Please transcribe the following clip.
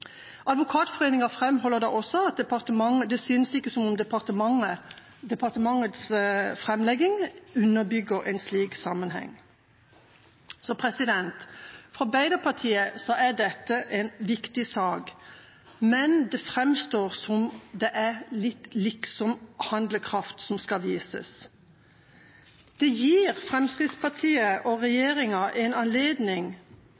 Advokatforeningen framholder også at det ikke synes som om departementets framlegging underbygger en slik sammenheng. Så for Arbeiderpartiet er dette en viktig sak, men det framstår som om det er litt liksom-handlekraft som skal vises. Det gir Fremskrittspartiet og